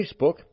Facebook